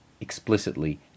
explicitly